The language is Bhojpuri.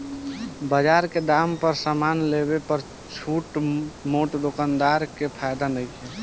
बजार के दाम पर समान लेवे पर त छोट मोट दोकानदार के फायदा नइखे